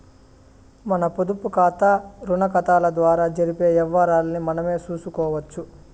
మన పొదుపుకాతా, రుణాకతాల ద్వారా జరిపే యవ్వారాల్ని మనమే సూసుకోవచ్చు